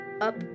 up